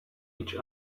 each